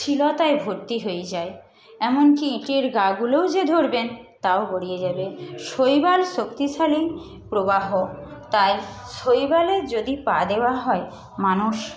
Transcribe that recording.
শিলতায় ভর্তি হয়ে যায় এমনকি ইঁটের গাগুলোও যে ধরবেন তাও গড়িয়ে যাবে শৈবাল শক্তিশালী প্রবাহ তাই শৈবালে যদি পা দেওয়া হয় মানুষ